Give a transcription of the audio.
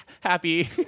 happy